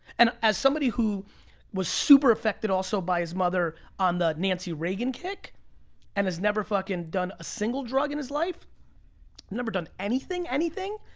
and as somebody who was super affected, also, by his mother on the nancy reagan kick and has never fucking done a single drug in his life, i've never done anything, anything.